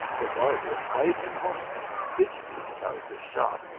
the. barber hied him home and fidgeted about his shop,